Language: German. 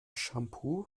shampoo